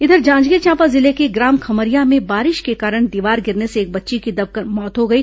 इधर जांजगीर चांपा जिले के ग्राम खम्हरिया में बारिश के कारण दीवार गिरने से एक बच्ची की दबकर मौत हो गई